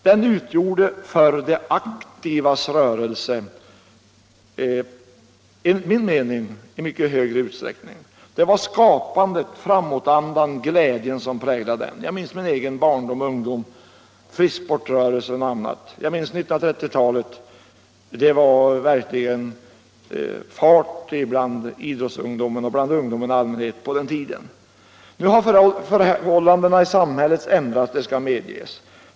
Den utgjorde förr enligt min mening i mycket högre utsträckning de aktivas rörelse. Det var skapandet, framåtandan och glädjen som präglade den. Jag minns min egen barndom och ungdom med frisksportarrörelsen och annat. Jag minns 1930 talet — det var då verkligen fart bland idrottsungdomen och ungdomen i allmänhet. Nu har förhållandena i samhället ändrats — det skall medges.